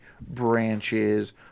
branches